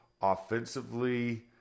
Offensively